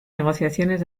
negociaciones